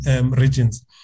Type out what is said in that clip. regions